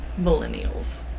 millennials